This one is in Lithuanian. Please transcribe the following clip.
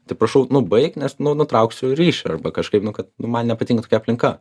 tai prašau nu baik nes nu nutrauksiu ryšį arba kažkaip nu kad nu man nepatinka tokia aplinka